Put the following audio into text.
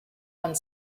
one